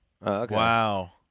Wow